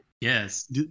yes